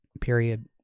period